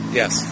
yes